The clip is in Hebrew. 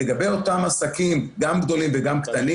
לגבי אותם עסקים גם גדולים וגם קטנים